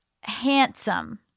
Handsome